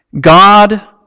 God